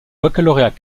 baccalauréat